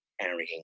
carrying